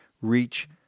reach